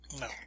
No